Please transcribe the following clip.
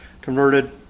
converted